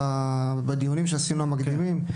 בדיונים המקדימים שעשינו,